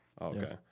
Okay